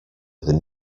than